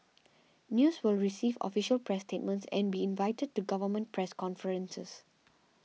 News will receive official press statements and be invited to government press conferences